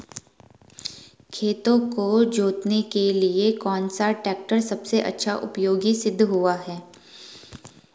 खेतों को जोतने के लिए कौन सा टैक्टर सबसे अच्छा उपयोगी सिद्ध हुआ है?